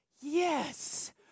Yes